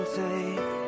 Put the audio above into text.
take